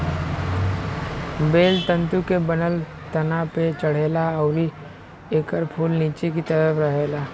बेल तंतु के बनल तना पे चढ़ेला अउरी एकर फूल निचे की तरफ रहेला